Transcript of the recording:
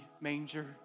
manger